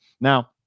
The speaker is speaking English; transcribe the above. Now